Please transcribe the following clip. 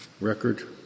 record